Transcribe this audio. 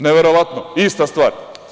Neverovatno, ista stvar.